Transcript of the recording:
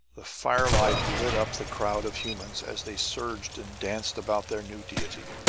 the firelight lit up the crowd of humans as they surged and danced about their new deity.